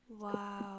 Wow